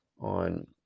on